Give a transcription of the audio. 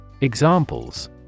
Examples